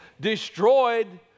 destroyed